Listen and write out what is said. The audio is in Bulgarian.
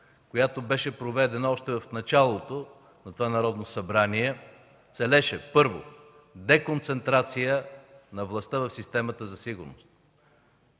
която беше проведена още в началото на това Народно събрание, целеше, първо, деконцентрация на властта в системата за сигурност